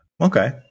Okay